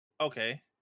Okay